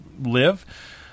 live